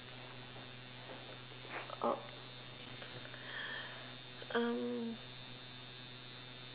um